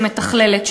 שמתכללת.